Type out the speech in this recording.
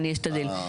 אני אשתדל.